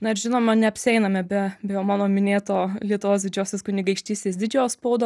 na ir žinoma neapsieiname be be jau mano minėto lietuvos didžiosios kunigaikštystės didžiojo spaudo